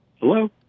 Hello